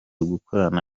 gukorana